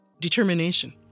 determination